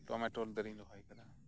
tomato ᱫᱟᱨᱮᱧ ᱨᱚᱦᱚᱭ ᱟᱠᱟᱫᱟ